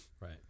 Right